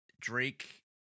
Drake